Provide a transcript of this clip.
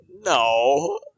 No